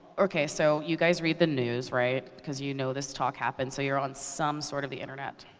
okay, so you guys read the news, right? cause you know this talk happened, so you're on some sort of the internet.